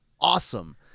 awesome